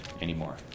anymore